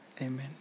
amen